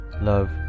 Love